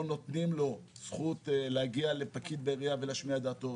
נותנים לו זכות להגיע לפקיד בעירייה ולהשמיע את דעתו,